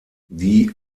die